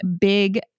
big